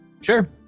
Sure